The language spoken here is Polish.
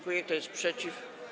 Kto jest przeciw?